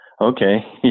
Okay